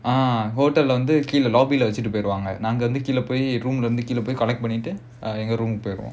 ah hotel lah வந்து கீழ:vandhu keezha lobby leh வச்சிட்டு போய்டுவாங்க:vachittu poyiduvaanga room collect பண்ணிட்டு:pannittu room கு போயிடுவோம்:ku poyiduvom